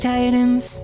Titans